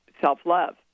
self-love